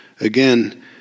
Again